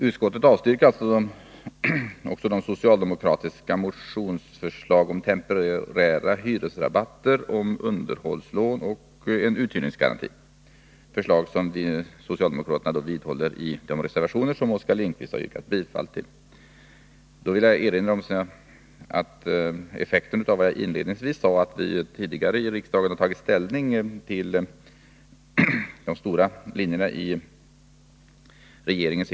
Utskottet avstyrker också de socialdemokratiska motionsförslagen om temporära hyresrabatter, underhållslån och en uthyrningsgaranti — förslag som socialdemokraterna vidhåller i de reservationer som Oskar Lindkvist har yrkat bifall till.